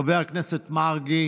חבר הכנסת מרגי,